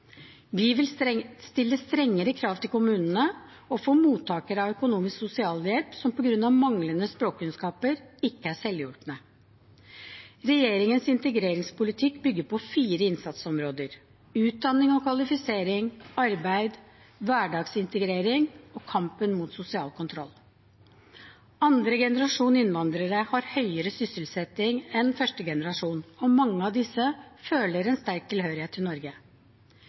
Vi vil stille strengere krav til kommunene og for mottakere av økonomisk sosialhjelp som på grunn av manglende språkkunnskaper ikke er selvhjulpne. Regjeringens integreringspolitikk bygger på fire innsatsområder: utdanning og kvalifisering, arbeid, hverdagsintegrering og kampen mot sosial kontroll. Andregenerasjons innvandrere har høyere sysselsetting enn første generasjon, og mange av disse føler en sterk tilhørighet til Norge. Fremskrittspartiet er opptatt av å lykkes i